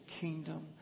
kingdom